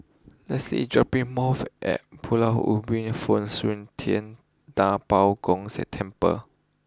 Lesley dropping more off at Pulau Ubin Fo Ting Da Bo Gong Temple